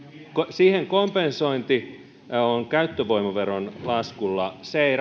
siinä kompensointi on käyttövoimaveron lasku se ei